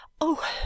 Oh